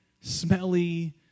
smelly